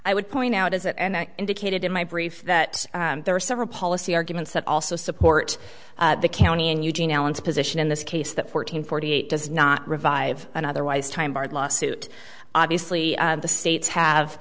i would point out is it and i indicated in my brief that there are several policy arguments that also support the county and eugene allen's position in this case that fourteen forty eight does not revive an otherwise time barred lawsuit obviously the states